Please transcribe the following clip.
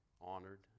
honored